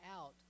out